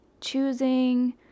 choosing